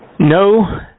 No